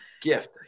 Gift